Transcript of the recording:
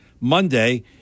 Monday